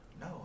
No